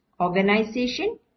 organization